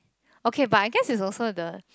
okay but I guess it's also the